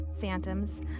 phantoms